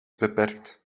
beperkt